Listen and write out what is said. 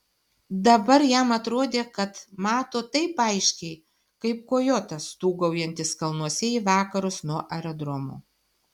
dabar jam atrodė kad mato taip aiškiai kaip kojotas stūgaujantis kalnuose į vakarus nuo aerodromo